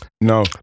no